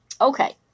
Okay